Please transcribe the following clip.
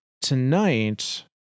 Tonight